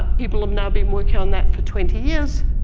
people have now been working on that for twenty years.